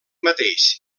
mateix